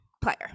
player